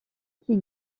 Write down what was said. qui